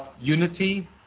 unity